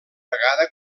vegada